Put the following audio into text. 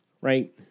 right